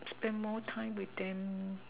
spend more time with them